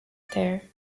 there